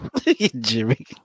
Jimmy